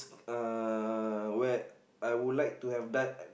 uh where I would like to have done